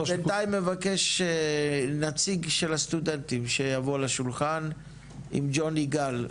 אני בינתיים מבקש נציג של הסטודנטים שיבוא לשולחן עם ג'וני גל.